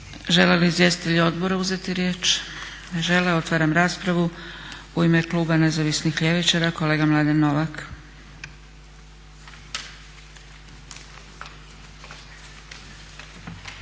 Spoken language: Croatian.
Žele li izvjestitelji odbora uzeti riječ? Ne žele. Otvaram raspravu. U ime kluba Nezavisnih ljevičara, kolega Mladen Novak.